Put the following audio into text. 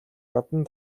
гадна